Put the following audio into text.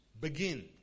begin